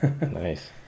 Nice